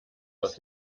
aus